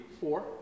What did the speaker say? four